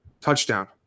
touchdown